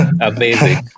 Amazing